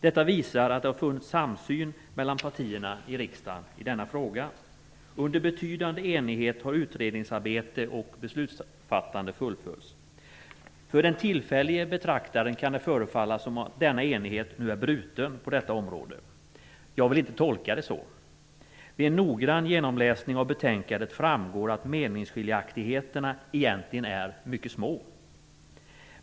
Detta visar att det har funnits samsyn mellan partierna i riksdagen i denna fråga. Under betydande enighet har utredningsarbete och beslutsfattande fullföljts. För den tillfällige betraktaren kan det förefalla som att denna enighet nu är bruten. Jag vill inte tolka det så. Vid en noggrann genomläsning av betänkandet framgår att meningsskiljaktigheterna egentligen är mycket små.